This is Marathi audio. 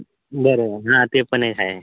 बरोबर हां ते पण एक आहे